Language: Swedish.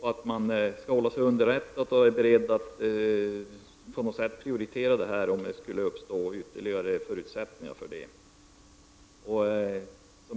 Regeringen skall hålla sig underrättad och är beredd att på något sätt prioritera bygget om det skulle uppstå ytterligare förutsättningar för detta.